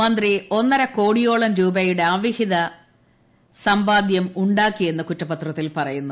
മന്ത്രി ഒന്നരക്കോടിയോളം രൂപയുടെ അവിഹിത സമ്പാദ്യമുണ്ടാക്കിയെന്ന് കുറ്റപത്രത്തിൽ പറയുന്നു